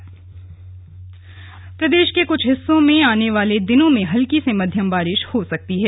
मौसम प्रदेश के कुछ हिस्सों में आने वाले दिनों में हल्की से मध्यम बारिश हो सकती है